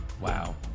Wow